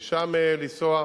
ומשם לנסוע.